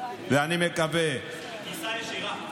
ואני מקווה, טיסה ישירה.